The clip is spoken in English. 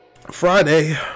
Friday